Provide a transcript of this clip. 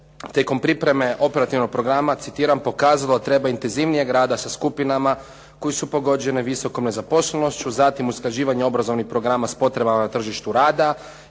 tijekom pripreme operativnog programa, citiram: “pokazalo da treba intenzivnijeg rada sa skupinama koje su pogođene visokom nezaposlenošću, zatim usklađivanja obrazovnih programa s potrebama na tržištu rada